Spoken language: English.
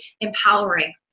empowering